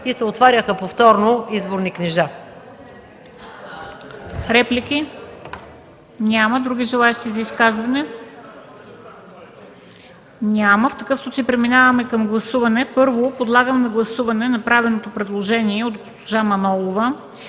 и се отваряха повторно изборни книжа.